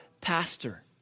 pastor